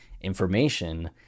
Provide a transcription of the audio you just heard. information